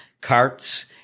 carts